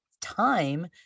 time